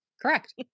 Correct